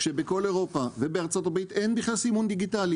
כשבכל אירופה ובארה"ב אין בכלל סימון דיגיטלי.